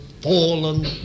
fallen